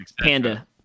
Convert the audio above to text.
Panda